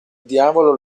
diavolo